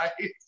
right